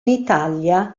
italia